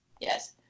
Yes